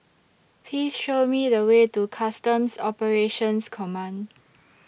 Please Show Me The Way to Customs Operations Command